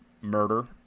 murder